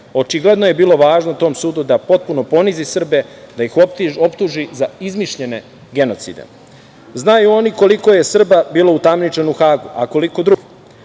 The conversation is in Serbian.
Očigledno je bilo važno tom sudu da potpuno ponizi Srbije, da ih optuži za izmišljene genocide. Znaju oni koliko je Srba bilo utamničeno u Hagu, a koliko drugih.